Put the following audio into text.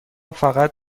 فقط